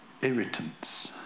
Irritants